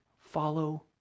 follow